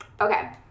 Okay